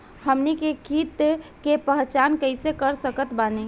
हमनी के कीट के पहचान कइसे कर सकत बानी?